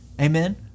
Amen